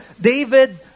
David